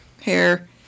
hair